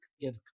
give